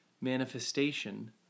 manifestation